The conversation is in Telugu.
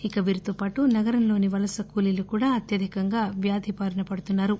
ఇక వీరితో పాటు నగరంలోని వలస కూలీలు కూడా అత్యధికంగా వ్యాధి బారిన పడుతున్నారు